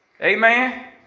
Amen